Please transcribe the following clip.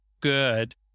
good